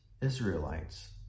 Israelites